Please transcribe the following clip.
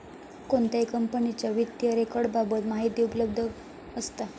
कोणत्याही कंपनीच्या वित्तीय रेकॉर्ड बाबत माहिती उपलब्ध असता